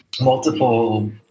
multiple